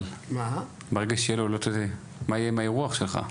מה יהיה עם האירוח שלך?